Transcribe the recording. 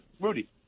Rudy